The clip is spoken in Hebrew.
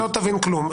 לא, לא תבין כלום.